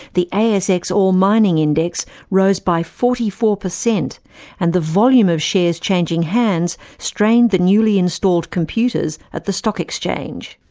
the asx all mining index rose by forty four percent and the volume of shares changing hands strained the newly installed computers at the stock exchange.